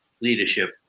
leadership